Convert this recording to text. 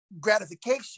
Gratification